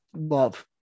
love